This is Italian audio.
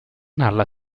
alla